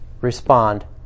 respond